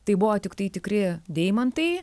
tai buvo tiktai tikri deimantai